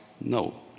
no